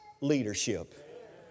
leadership